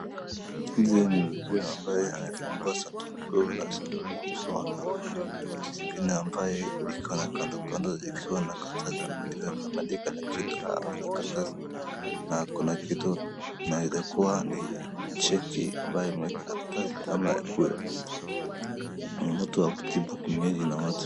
Mzee ambaye amefungua sanduku na sanduku ikiwa na kitu zingine ambaye ikiwa na kando kando ikiwa na karatasi imeandikwa na kitu na karatasi na kuna kitu inaweza kuwa ni cheki ambayo imeandikwa na karatasi ama ni mtu wa kutibu ngeli na watu.